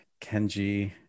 Kenji